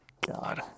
God